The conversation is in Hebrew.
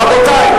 רבותי,